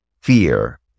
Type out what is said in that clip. fear